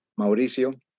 Mauricio